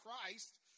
Christ